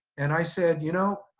and i said, you know,